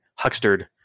huckstered